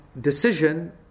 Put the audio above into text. decision